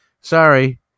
Sorry